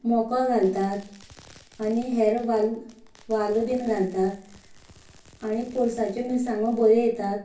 मको घालतात आनी हेर वाल वाल बीन घालता आनी पोर्साच्यो मिरसांगो बऱ्यो येतात